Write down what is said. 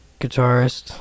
guitarist